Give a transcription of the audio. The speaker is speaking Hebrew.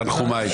תנחומיי.